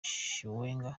chiwenga